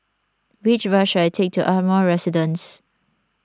which bus should I take to Ardmore Residence